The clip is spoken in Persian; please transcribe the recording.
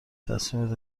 تصمیمت